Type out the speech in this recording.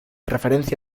referencia